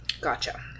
Gotcha